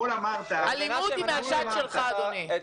אדוני.